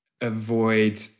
avoid